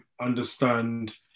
understand